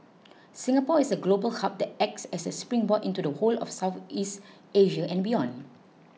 Singapore is a global hub that acts as a springboard into the whole of Southeast Asia and beyond